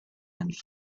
and